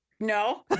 No